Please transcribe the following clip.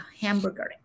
hamburger